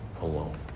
alone